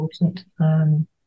important